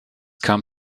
kam